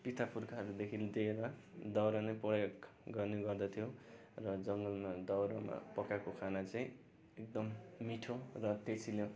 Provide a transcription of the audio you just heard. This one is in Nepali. पितापुर्खाहरूदेखि लिएर दाउरा नै प्रयोग गर्ने गर्दथ्यो र जङ्गलमा दाउरामा पकाएको खाना चाहिँ एकदम मिठो र टेसिलो